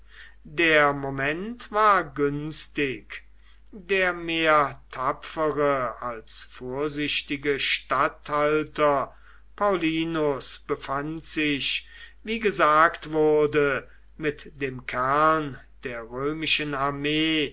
der moment war günstig der mehr tapfere als vorsichtige statthalter paullinus befand sich wie gesagt wurde mit dem kern der römischen armee